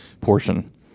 portion